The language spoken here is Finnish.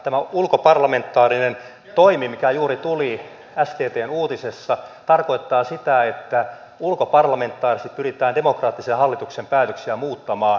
tämä on ulkoparlamentaarinen toimi mikä juuri tuli sttn uutisessa ja tarkoittaa sitä että ulkoparlamentaarisesti pyritään demokraattisen hallituksen päätöksiä muuttamaan